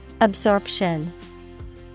Absorption